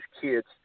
kids